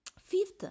Fifth